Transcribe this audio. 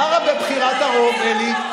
מה רע בבחירת הרוב, אלי?